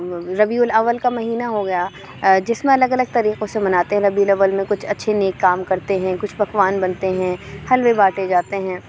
ربیع الاول کا مہینہ ہو گیا جس میں الگ الگ طریقوں سے مناتے ہیں ربیع الاول میں کچھ اچھے نیک کام کرتے ہیں کچھ پکوان بنتے ہیں حلوے بانٹے جاتے ہیں